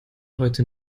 heute